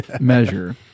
measure